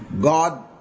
God